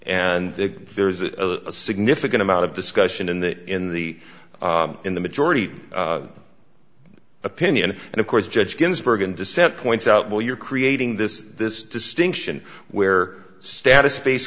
and there is a significant amount of discussion in the in the in the majority opinion and of course judge ginsburg and dissent points out well you're creating this this distinction where status face